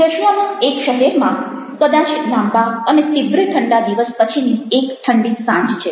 રશિયાના એક શહેરમાં કદાચ લાંબા અને તીવ્ર ઠંડા દિવસ પછીની એક ઠંડી સાંજ છે